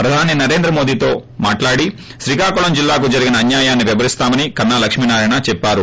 ప్రధాన మంత్రి నరేంద్ర మోడీతో కలుసుకొని శ్రీకాకుళం జిల్లాకు జరిగిన అన్యాయాన్ని వివరిస్తామని కన్సా లక్ష్మినారాయణ చెప్పారు